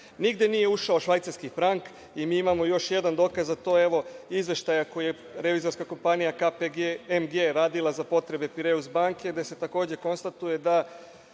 nije ušao švajcarski franak i mi imamo još jedan dokaz za to, evo izveštaja koji je revizorska kompanija „KPMG“ radila za potrebe Pireus banke, gde se takođe konstatuje da